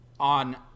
on